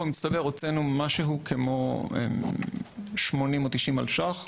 במצטבר הוצאנו כ-80,000 או 90,000 ש"ח,